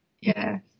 Yes